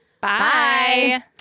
Bye